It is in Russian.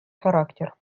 характер